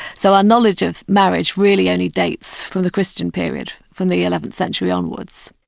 so our knowledge of marriage really only dates from the christian period, from the eleventh century onwards.